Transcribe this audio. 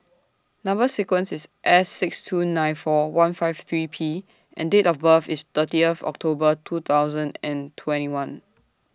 Number sequence IS S six two nine four one five three P and Date of birth IS thirtieth October two thousand and twenty one